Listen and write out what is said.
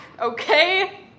Okay